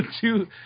Two